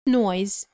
noise